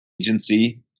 agency